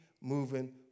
moving